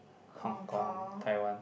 hong-kong